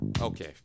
Okay